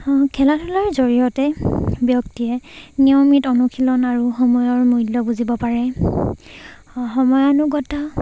খেলা ধূলাৰ জৰিয়তে ব্যক্তিয়ে নিয়মিত অনুশীলন আৰু সময়ৰ মূল্য বুজিব পাৰে সময়ানুগতা